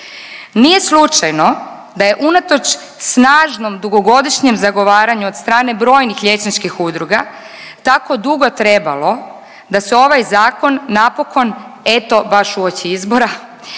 Nije slučajno da je unatoč snažnom dugogodišnjem zagovaranju od strane brojnih liječničkih udruga tako dugo trebalo, da se ovaj zakon napokon eto baš uoči izbora,